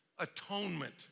Atonement